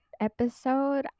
episode